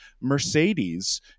mercedes